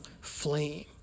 flame